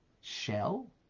shell